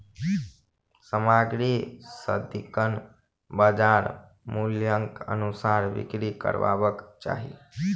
सामग्री सदिखन बजार मूल्यक अनुसार बिक्री करबाक चाही